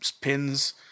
pins